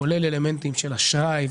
כולל אלמנטים של אשראי,